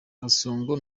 gasongo